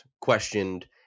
questioned